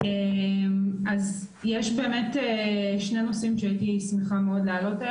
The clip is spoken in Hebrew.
אז יש באמת שני נושאים שהייתי שמחה מאוד להעלות.